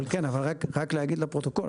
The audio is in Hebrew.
רק להגיד לפרוטוקול,